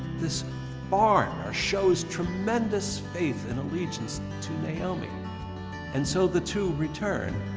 this foreigner shows tremendous faith in allegiance to naomi and so the two return,